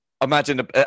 Imagine